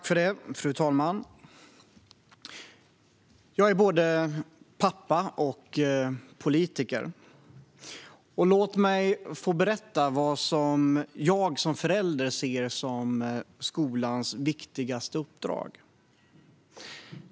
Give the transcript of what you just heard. Fru talman! Jag är både pappa och politiker. Låt mig berätta vad jag som förälder ser som förskolans viktigaste uppdrag.